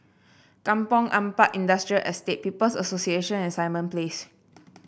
Kampong Ampat Industrial Estate People's Association and Simon Place